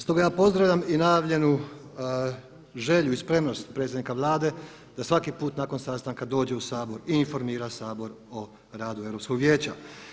Stoga ja pozdravljam i najavljenu želju i spremnost predsjednika Vlade da svaki put nakon sastanka dođe u Sabor i informira Sabor o radu Europskog vijeća.